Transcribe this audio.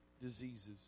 diseases